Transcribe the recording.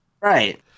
right